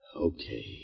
Okay